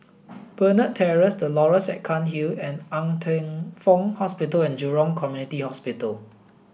Burner Terrace The Laurels at Cairnhill and Ng Teng Fong Hospital and Jurong Community Hospital